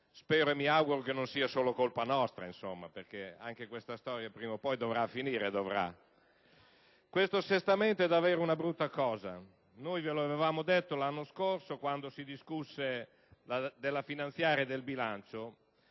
spero e mi auguro che non sia solo colpa nostra! Anche questa storia prima o poi dovrà finire. Questo assestamento è davvero una brutta cosa. Noi l'avevamo detto l'anno scorso, quando furono discussi la finanziaria e il bilancio: